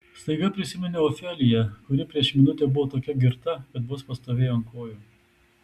staiga prisiminiau ofeliją kuri prieš minutę buvo tokia girta kad vos pastovėjo ant kojų